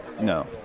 No